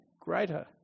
greater